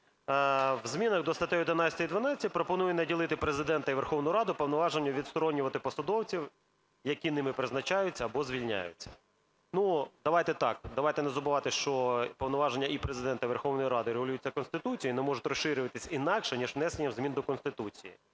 в змінах до статей 11 і 12 пропонує наділити Президента і Верховну Раду повноваженнями відсторонювати посадовців, які ними призначаються або звільняються. Давайте так, давайте не забувати, що повноваження і Президента, і Верховної Ради регулюються Конституцією і не можуть розширюватися інакше ніж внесення змін до Конституції.